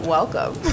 Welcome